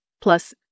Plus